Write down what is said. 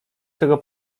tego